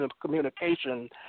communication